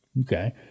Okay